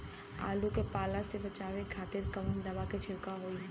आलू के पाला से बचावे के खातिर कवन दवा के छिड़काव होई?